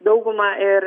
dauguma ir